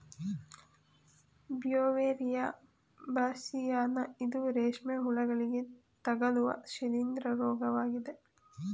Beauveria ಬಾಸ್ಸಿಯಾನ ಇದು ರೇಷ್ಮೆ ಹುಳುಗಳಿಗೆ ತಗಲುವ ಶಿಲೀಂದ್ರ ರೋಗವಾಗಿದೆ